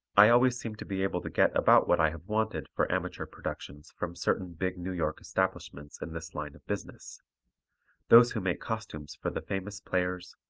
i always seem to be able to get about what i have wanted for amateur productions from certain big new york establishments in this line of business those who make costumes for the famous players,